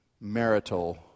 marital